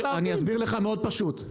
אני אסביר לך מאוד פשוט.